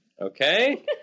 okay